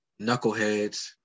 knuckleheads